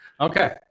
okay